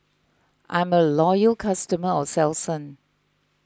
I'm a loyal customer of Selsun